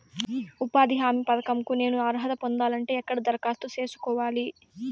ఉపాధి హామీ పథకం కు నేను అర్హత పొందాలంటే ఎక్కడ దరఖాస్తు సేసుకోవాలి?